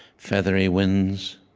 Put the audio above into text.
feathery winds,